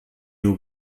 nur